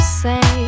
say